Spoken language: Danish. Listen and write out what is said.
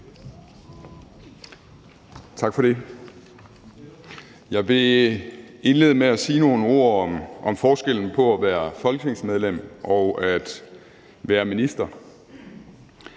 Tak for det. Jeg vil indlede med at sige nogle ord om forskellen på at være folketingsmedlem og at være minister.